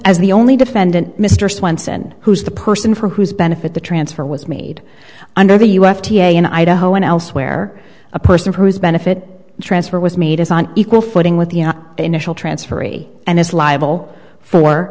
as the only defendant mr swenson whose the person for whose benefit the transfer was made under the u f t a in idaho and elsewhere a person whose benefit transfer was made is on equal footing with the initial transferee and is liable for